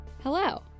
Hello